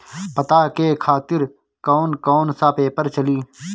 पता के खातिर कौन कौन सा पेपर चली?